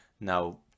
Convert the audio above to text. Now